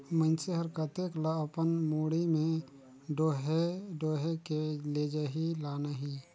मइनसे हर कतेक ल अपन मुड़ी में डोएह डोएह के लेजही लानही